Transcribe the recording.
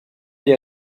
elle